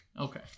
Okay